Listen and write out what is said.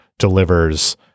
delivers